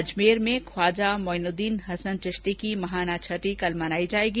अजमेर में ख्वाजा मोइनुददीन हसन चिश्ती की महाना छठी कल मनाई जाएगी